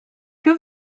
que